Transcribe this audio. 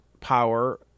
power